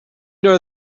know